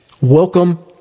welcome